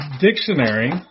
Dictionary